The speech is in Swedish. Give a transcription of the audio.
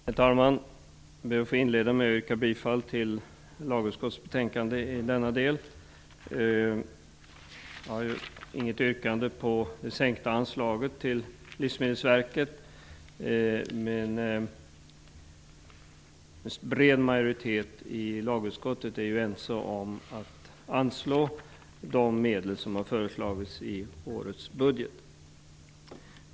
Herr talman! Jag ber att få inleda med att yrka bifall till hemställan i lagutskottets betänkande 22. Jag har inget yrkande om det sänkta anslaget till Livsmedelsverket. En bred majoritet i lagutskottet är ense om att anslå de medel som har föreslagits i årets budget.